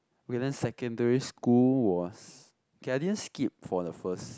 wait then secondary school was okay I didn't skip for the first